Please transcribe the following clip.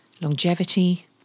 longevity